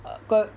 kau